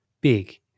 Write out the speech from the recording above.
big